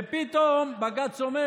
ופתאום בג"ץ אומר: